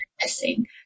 missing